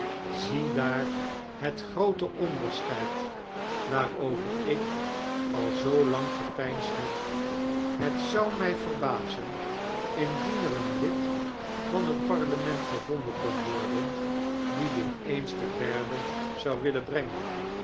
ziedaar het groobe ondersoheid waarover ik al zoolang gepednsd heb het zou mij verbazen indien er een lid van heit parlement gevonden kon worden die dit eens te berde zou willen brengien